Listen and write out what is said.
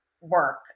work